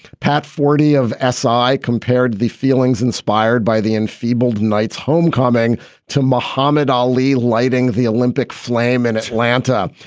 pat, forty, of essi, compared the feelings inspired by the enfeebled knight's homecoming to muhammad ali, lighting the olympic flame in atlanta.